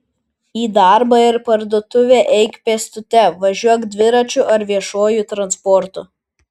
į darbą ir parduotuvę eik pėstute važiuok dviračiu ar viešuoju transportu